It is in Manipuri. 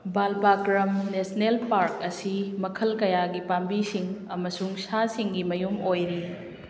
ꯕꯥꯜꯕꯥꯀ꯭ꯔꯝ ꯅꯦꯁꯅꯦꯜ ꯄꯥꯔꯛ ꯑꯁꯤ ꯃꯈꯜ ꯀꯌꯥꯒꯤ ꯄꯥꯝꯕꯤꯁꯤꯡ ꯑꯃꯁꯨꯡ ꯁꯥꯁꯤꯡꯒꯤ ꯃꯌꯨꯝ ꯑꯣꯏꯔꯤ